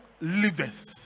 liveth